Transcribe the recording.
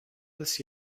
this